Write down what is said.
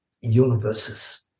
universes